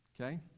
Okay